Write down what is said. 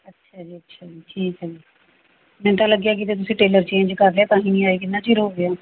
ਅੱਛਾ ਜੀ ਅੱਛਾ ਜੀ ਠੀਕ ਹੈ ਮੈਨੂੰ ਤਾਂ ਲੱਗਿਆ ਕਿਤੇ ਤੁਸੀਂ ਟੇਲਰ ਚੇਂਜ ਕਰ ਲਿਆ ਤਾਂ ਹੀ ਨਹੀਂ ਆਏ ਕਿੰਨਾ ਚਿਰ ਹੋ ਗਿਆ